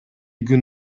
күн